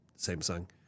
Samsung